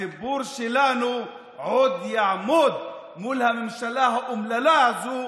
הציבור שלנו עוד יעמוד מול הממשלה האומללה הזאת.